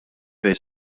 fejn